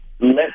let